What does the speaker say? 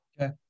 Okay